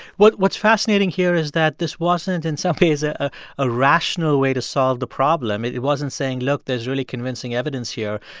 but what's fascinating here is that this wasn't, in some ways, a irrational way to solve the problem. it it wasn't saying, look there's really convincing evidence here.